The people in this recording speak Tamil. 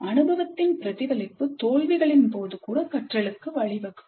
அனுபவத்தின் பிரதிபலிப்பு தோல்விகளின் போது கூட கற்றலுக்கு வழிவகுக்கும்